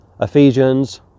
Ephesians